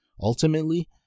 Ultimately